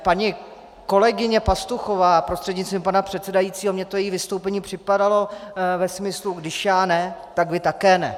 Paní kolegyně Pastuchová prostřednictvím pana předsedajícího, mně to její vystoupení připadalo ve smyslu když já ne, tak vy také ne.